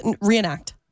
reenact